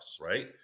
right